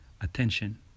attention